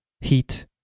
Heat